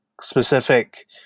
specific